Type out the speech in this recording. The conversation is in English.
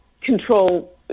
control